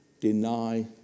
deny